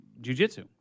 jujitsu